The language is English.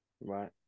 Right